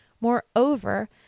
Moreover